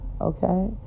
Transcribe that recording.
Okay